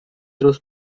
through